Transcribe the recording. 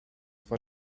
for